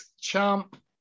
champ